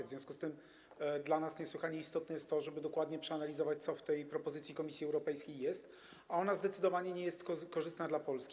W związku z tym dla nas niesłychanie istotne jest to, żeby dokładnie przeanalizować, co jest w tej propozycji Komisji Europejskiej, a ona zdecydowanie nie jest korzystna dla Polski.